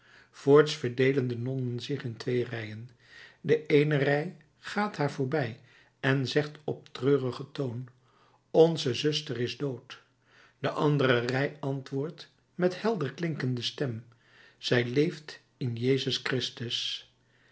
voorts verdeelen de nonnen zich in twee rijen de eene rij gaat haar voorbij en zegt op treurigen toon onze zuster is dood de andere rij antwoordt met helderklinkende stem zij leeft in jezus christus